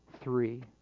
three